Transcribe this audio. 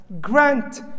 grant